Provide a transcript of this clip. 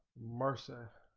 marson